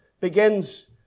begins